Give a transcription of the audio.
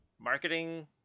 marketing